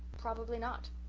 probably not.